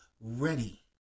ready